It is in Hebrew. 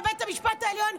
לבית המשפט העליון,